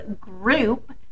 group